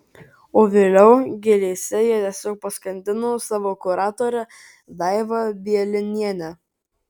o vėliau gėlėse jie tiesiog paskandino savo kuratorę daivą bielinienę